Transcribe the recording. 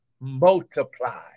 multiply